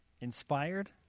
Inspired